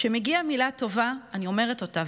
כשמגיעה מילה טובה אני אומרת אותה,